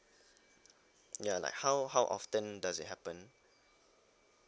ya like how how often does it happen